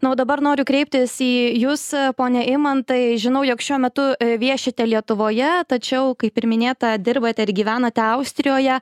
na o dabar noriu kreiptis į jus pone eimantai žinau jog šiuo metu viešite lietuvoje tačiau kaip ir minėta dirbate ir gyvenate austrijoje